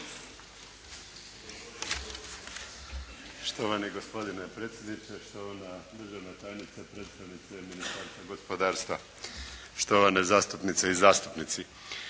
Štovani gospodine predsjedniče, štovana državna tajnice, predstavnici Ministarstva gospodarstva, štovane zastupnice i zastupnici.